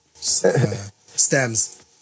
Stems